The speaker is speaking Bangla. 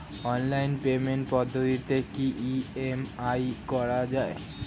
অনলাইন পেমেন্টের পদ্ধতিতে কি ই.এম.আই করা যায়?